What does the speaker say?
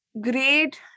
great